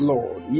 Lord